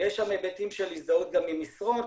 יש גם היבטים של הזדהות ממסרון,